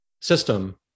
system